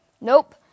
Nope